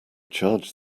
charge